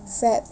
in fact